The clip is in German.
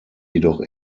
jedoch